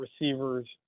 receivers